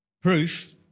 proof